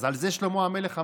אז על זה שלמה המלך אמר: